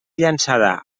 llançada